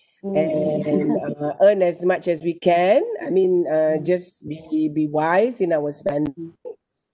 and (uh)earn as much as we can I mean uh just be be wise in our